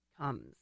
comes